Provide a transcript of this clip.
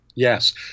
Yes